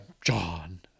john